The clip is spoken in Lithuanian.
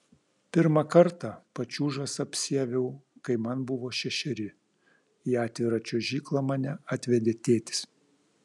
pirmą kartą pačiūžas apsiaviau kai man buvo šešeri į atvirą čiuožyklą mane atvedė tėtis